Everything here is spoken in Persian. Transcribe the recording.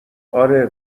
آره